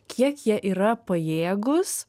kiek jie yra pajėgūs